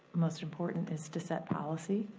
most important is to set policy,